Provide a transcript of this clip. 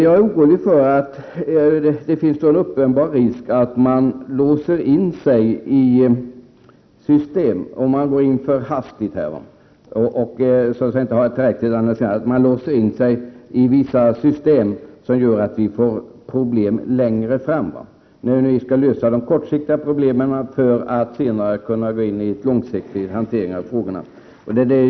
Jag är orolig för att det finns en uppenbar risk för att man, om man gör något för hastigt och inte har gjort en tillräcklig analys, låser man sig i ett system som gör att det kommer att bli problem längre fram. Man löser de kortsiktiga problemen för att senare gå in i en långsiktig hantering av frågorna.